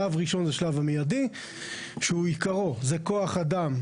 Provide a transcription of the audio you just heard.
שלב ראשון זה שלב המיידי שעיקרו זה כוח אדם,